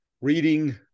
reading